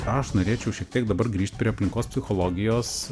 aš norėčiau šiek tiek dabar grįžt prie aplinkos psichologijos